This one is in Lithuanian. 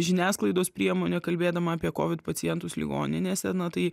žiniasklaidos priemonė kalbėdama apie kovid pacientus ligoninėse na tai